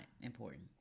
important